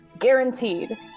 guaranteed